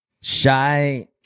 shy